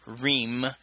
reem